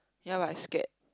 ya but I scared